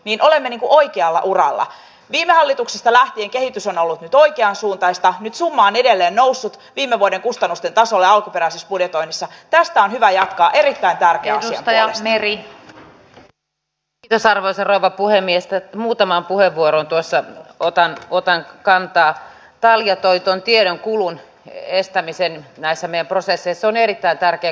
inkoolainen uho ja lauralla minä hallituksesta lähtien kehitys on ollut oikeansuuntaista mitsumaan edelleen noussut viime vuoden kustannusten tasolle alkuperäisessä budjetoinnissa tästä on hyvä jatkaa että jos ajaa meri ei pidä sarven teräväpuhemiestä muutamaan puheenvuoroon tuossa otan otan kantaa talja toi tuon tiedonkulun estämisen näissämme kielikokeilu on erittäin tervetullut